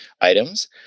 items